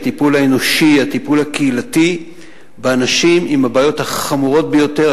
הטיפול האנושי והטיפול הקהילתי באנשים עם הבעיות החמורות ביותר,